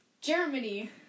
Germany